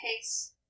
case